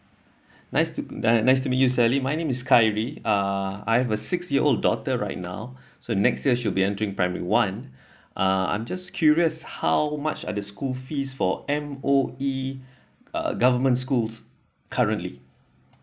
nice to nice to meet you sally my name is khairi uh I have a six year old daughter right now so next year should be entering primary one uh I'm just curious how much are the school fees for M_O_E uh government schools currently